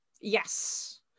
Yes